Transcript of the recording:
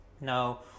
Now